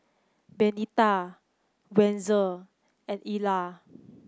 Benita Wenzel and Elia